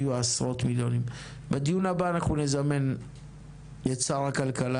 בדיון הבא נזמן את שר הכלכלה,